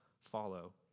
follow